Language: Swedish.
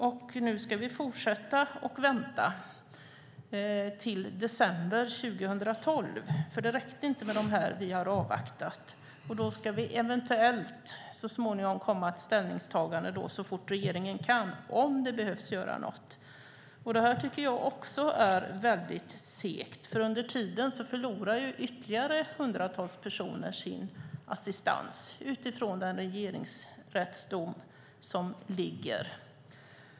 Och nu ska vi fortsätta att vänta till december 2012, för det räckte inte med den tid som vi har avvaktat. Då ska det eventuellt så småningom komma ett ställningstagande, så fort regeringen kan, om det behöver göras något. Det här tycker jag också är väldigt segt, för under tiden förlorar ytterligare hundratals personer sin assistans, utifrån den regeringsrättsdom som finns.